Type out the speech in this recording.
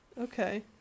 Okay